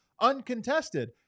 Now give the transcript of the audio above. uncontested